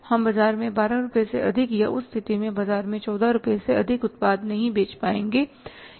हम बाजार में 12 रुपये से अधिक या उस स्थिति में बाजार में 14 रुपये से अधिक उत्पाद नहीं बेच पाएंगे